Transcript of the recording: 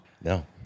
No